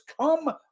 come